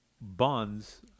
bonds